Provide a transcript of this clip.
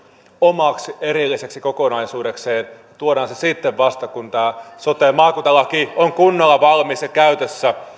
omaksi erilliseksi kokonaisuudekseen tuodaan se sitten vasta kun tämä sote ja maakuntalaki on kunnolla valmis ja käytössä